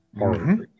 -hmm